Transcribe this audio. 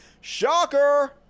Shocker